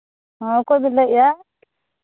ᱦᱮᱸ ᱚᱠᱚᱭᱵᱤᱱ ᱞᱟᱹᱭᱮᱫᱼᱟ